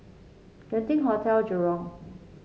Genting Hotel Jurong